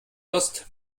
wirst